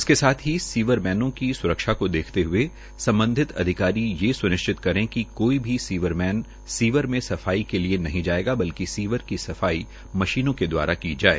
इसके साथ ही सीवरमैनो की स्रक्षा को देखते हए संबंधित अधिकारी यह स्निश्चित करें कि कोई भी सीवरमैन सीवर में सफाई के लिए नहींजाएगा बल्कि सीवर की सफाई मशीनों द्वारा की जाए